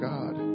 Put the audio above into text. God